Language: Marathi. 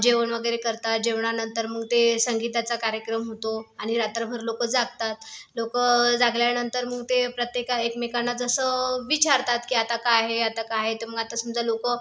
जेवण वगैरे करतात जेवणानंतर मग ते संगीताचा कार्यक्रम होतो आणि रात्रभर लोक जागतात लोक जागल्यानंतर मग ते प्रत्येक एकमेकांना जसं विचारतात की आता काय आहे आता काय आहे तर मग आता समजा लोक